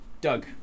Doug